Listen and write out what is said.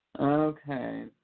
Okay